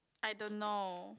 I don't know